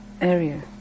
area